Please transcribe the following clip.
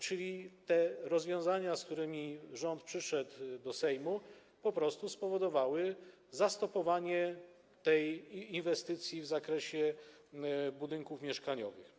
Czyli te rozwiązania, z którymi rząd przyszedł do Sejmu, po prostu spowodowały zastopowanie inwestycji w zakresie budynków mieszkaniowych.